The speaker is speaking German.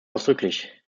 ausdrücklich